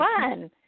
fun